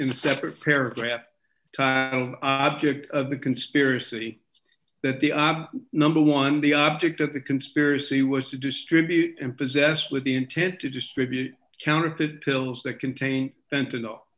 the separate paragraph object of the conspiracy that the number one the object of the conspiracy was to distribute and possessed with the intent to distribute counterfeit pills that contain sentinel